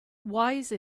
wise